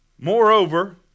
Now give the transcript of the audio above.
Moreover